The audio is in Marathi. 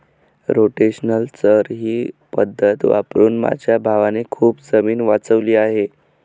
रोटेशनल चर ही पद्धत वापरून माझ्या भावाने खूप जमीन वाचवली आहे